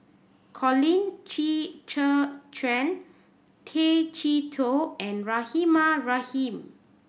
Colin Qi Zhe Quan Tay Chee Toh and Rahimah Rahim